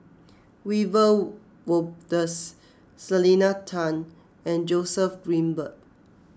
Wiebe Wolters Selena Tan and Joseph Grimberg